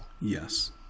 Yes